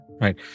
Right